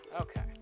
Okay